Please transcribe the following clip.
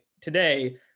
today